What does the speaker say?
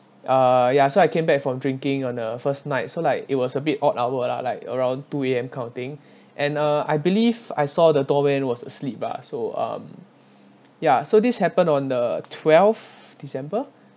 uh ya so I came back from drinking on the first night so like it was a bit odd hour lah like around two A_M kind of thing and uh I believe I saw the doorman was asleep ah so um ya so this happened on the twelfth december